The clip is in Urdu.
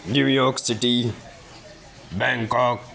New York city bank Kak